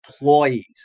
employees